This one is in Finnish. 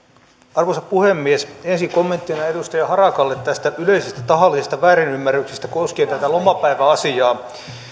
arvoisa puhemies ensin kommenttina edustaja harakalle tästä yleisestä tahallisesta väärinymmärryksestä koskien tätä lomapäiväasiaa